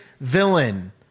villain